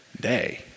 day